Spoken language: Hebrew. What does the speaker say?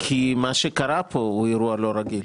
כי מה שקרה כאן הוא אירוע לא רגיל.